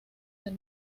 del